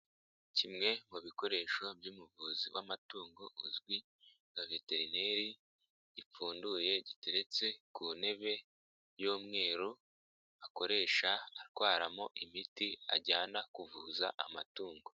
Kimwe mu bikoresho by'umuvuzi w'amatungo uzwi nka veterineri gipfunduye giteretse ku ntebe y'umweru akoresha atwaramo imiti ajyana kuvuza amatungo.